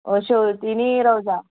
शेंवतीं आनी रोजां